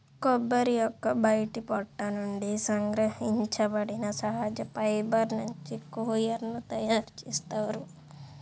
కొబ్బరి యొక్క బయటి పొట్టు నుండి సంగ్రహించబడిన సహజ ఫైబర్ నుంచి కోయిర్ ని తయారు చేస్తారు